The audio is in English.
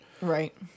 Right